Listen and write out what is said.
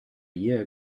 year